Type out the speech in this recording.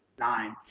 nine.